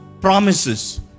promises